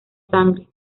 sangre